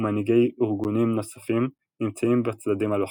ומנהיגי ארגונים נוספים נמצאים בצדדים הלוחמים.